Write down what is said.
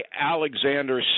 Alexander